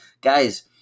Guys